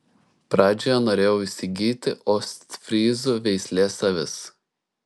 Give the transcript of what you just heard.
pradžioje norėjau įsigyti ostfryzų veislės avis